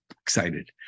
excited